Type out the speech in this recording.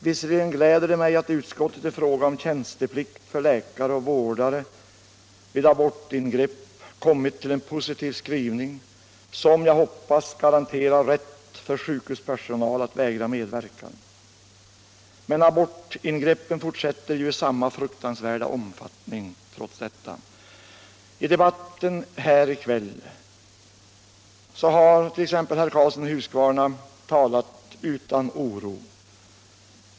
Visserligen gläder det mig att utskottet i frågan om tjänsteplikt för läkare och vårdare vid abortingrepp har kommit fram till en positiv skrivning som jag hoppas garanterar rätt för sjukhuspersonal att vägra medverkan. Men abortingreppen fortsätter i samma fruktansvärda omfattning trots detta. I debatten här i kväll har herr Karlsson i Huskvarna talat utan oro.